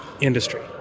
industry